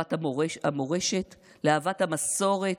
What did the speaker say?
לאהבת מורשת, לאהבת המסורת,